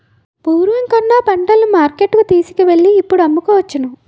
పూర్వం కన్నా పంటలను మార్కెట్టుకు తీసుకువెళ్ళి ఇప్పుడు అమ్ముకోవచ్చును